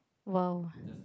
!wow!